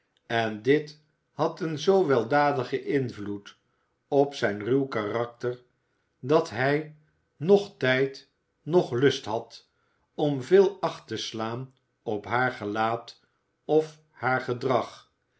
en dit had een zoo weldadigen invloed op zijn ruw karakter dat hij noch tijd noch lust had om veel acht te slaan op haar gelaat of haar gedrag